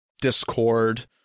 Discord